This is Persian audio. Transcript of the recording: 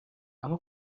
اما